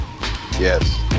Yes